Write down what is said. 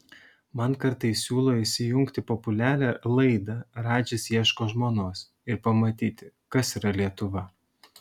man kartais siūlo įsijungti populiarią laidą radžis ieško žmonos ir pamatyti kas yra lietuva